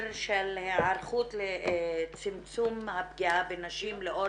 על היערכות לצמצום הפגיעה בנשים לאור